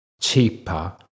cheaper